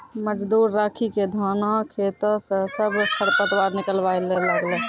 मजदूर राखी क धानों खेतों स सब खर पतवार निकलवाय ल लागलै